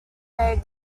their